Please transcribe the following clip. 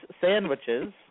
sandwiches